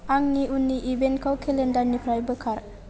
आंनि उननि इभेन्टखौ केलेन्डारनिफ्राय बोखार